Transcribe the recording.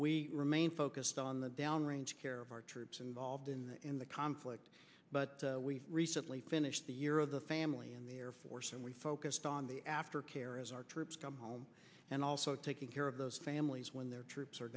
we remain focused on the downrange care of our troops involved in the conflict but we recently finished the year of the family in the air force and we focused on the after care as our troops come home and also taking care of those families when their troops are